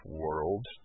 world